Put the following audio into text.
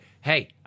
hey